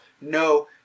no